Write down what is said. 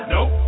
Nope